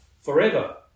forever